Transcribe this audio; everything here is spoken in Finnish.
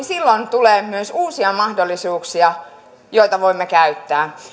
silloin tulee myös uusia mahdollisuuksia joita voimme käyttää